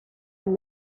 and